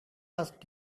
asked